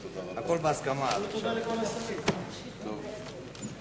ההצעה להעביר את הצעת חוק קליטת חיילים משוחררים (תיקון מס' 13),